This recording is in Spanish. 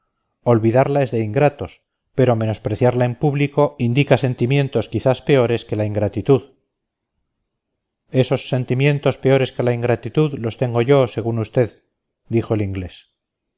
olvidarla es de ingratos pero menospreciarla en público indica sentimientos quizás peores que la ingratitud esos sentimientos peores que la ingratitud los tengo yo según usted dijo el inglés